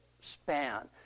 span